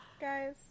Guys